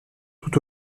tout